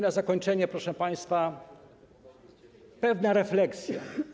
Na zakończenie, proszę państwa, pewna refleksja.